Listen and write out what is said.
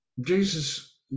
jesus